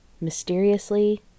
mysteriously